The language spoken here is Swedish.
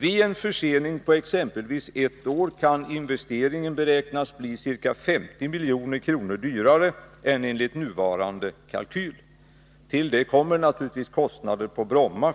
Vid en försening på exempelvis ett år kan investeringen beräknas bli ca 50 milj kr dyrare än enligt nuvarande kalkyl.” — Till detta kommer naturligtvis kostnader på Bromma